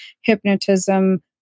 hypnotism